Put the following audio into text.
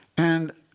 and